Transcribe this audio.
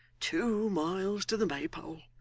two miles to the maypole!